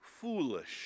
foolish